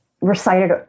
recited